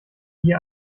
die